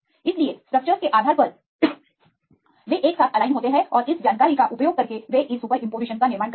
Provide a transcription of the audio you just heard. इसलिए स्ट्रक्चर्स के आधार पर वे एक साथ एलाइन होते हैं और इस जानकारी का उपयोग करके वे इस सुपरइम्पोजिशन का निर्माण करेंगे